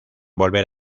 volver